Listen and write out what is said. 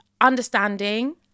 understanding